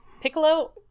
Piccolo